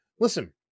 listen